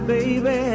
Baby